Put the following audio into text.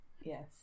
Yes